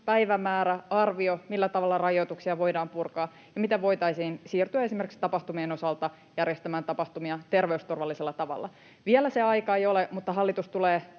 päivämäärä, arvio, millä tavalla rajoituksia voidaan purkaa ja miten voitaisiin siirtyä esimerkiksi tapahtumien osalta järjestämään tapahtumia terveysturvallisella tavalla. Vielä se aika ei ole, mutta hallitus tulee